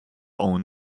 own